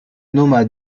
nomma